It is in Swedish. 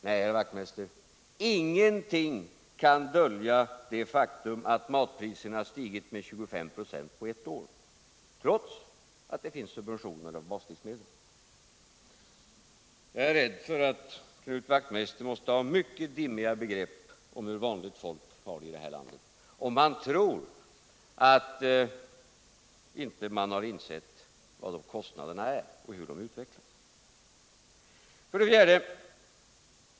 Nej, herr Wachtmeister, ingenting kan dölja det faktum att matpriserna stigit med 25 5» på ett år, trots att det finns subventioner av baslivsmedel. Jag är rädd för att Knut Wachtmeister måste ha mycket dimmiga begrepp om hur vanligt folk har det i det här landet, om han tror att de inte insett hur kostnaderna utvecklas.